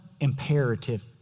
imperative